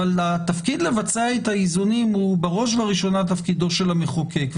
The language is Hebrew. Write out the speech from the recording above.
אבל התפקיד לבצע את האיזונים הוא בראש ובראשונה תפקידו של המחוקק.